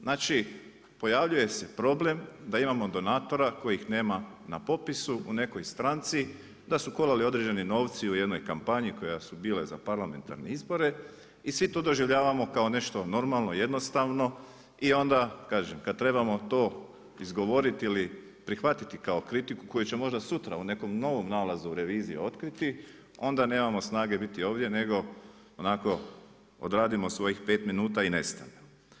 Znači pojavljuje se problem da imamo donatora kojih nema na popisu u nekoj stranci, da su kolali određeni novci u jednoj kampanji koja su bile za parlamentarne izbore i svi to doživljavamo kao nešto normalno jednostavno i onda kaže, kad trebamo to izgovoriti ili prihvatiti kao kritiku, koju će možda sutra u nekom novom nalazu revizije otkriti, onda nemamo snage biti ovdje, nego onako odradimo svojih 5 minuta i nestanemo.